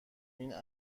این